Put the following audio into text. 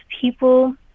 people